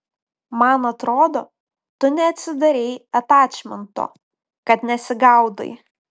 man atrodo tu neatsidarei atačmento kad nesigaudai